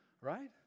right